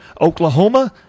Oklahoma